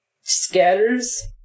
scatters